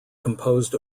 composed